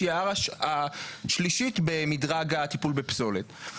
שהיא השלישית במדרג הטיפול בפסולת.